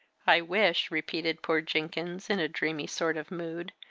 i wish, repeated poor jenkins in a dreamy sort of mood,